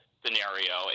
scenario